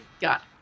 Got